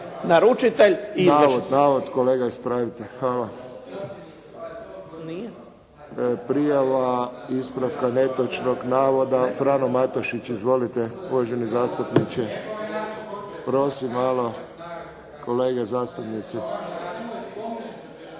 Josip (HSS)** Navod, navod kolega ispravite. Hvala. Prijava ispravka netočnog navoda Frano Matušić. Izvolite uvaženi zastupniče. Prosim malo kolege zastupnici!